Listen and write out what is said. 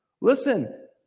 Listen